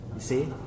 See